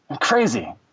crazy